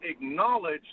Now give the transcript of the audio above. acknowledge